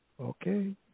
Okay